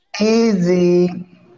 Easy